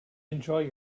enjoy